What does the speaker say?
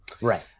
Right